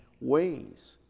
ways